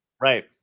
Right